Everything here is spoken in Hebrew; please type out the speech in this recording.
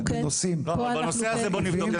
בנושא הזה בוא נבדוק.